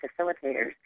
facilitators